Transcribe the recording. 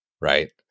Right